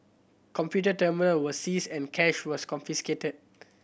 computer terminal were seized and cash was confiscated